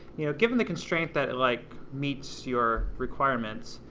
you know, given the constraint that, like, meets your requirements,